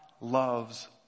loves